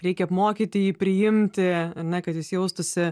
reikia apmokyti jį priimti ar ne kad jis jaustųsi